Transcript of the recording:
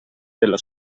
della